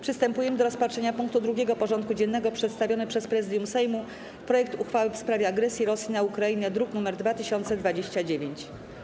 Przystępujemy do rozpatrzenia punktu 2. porządku dziennego: Przedstawiony przez Prezydium Sejmu projekt uchwały w sprawie agresji Rosji na Ukrainę (druk nr 2029)